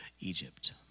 Egypt